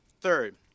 Third